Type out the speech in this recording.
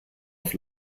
auf